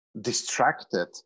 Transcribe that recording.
distracted